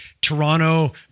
Toronto